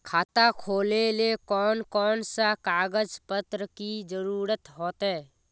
खाता खोलेले कौन कौन सा कागज पत्र की जरूरत होते?